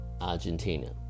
Argentina